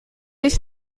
ich